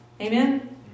Amen